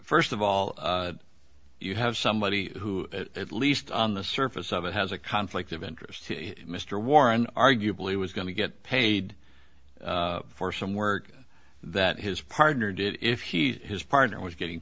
first of all you have somebody who at least on the surface of it has a conflict of interest to mr warren arguably was going to get paid for some work that his partner did if he his partner was getting